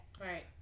right